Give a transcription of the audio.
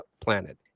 planet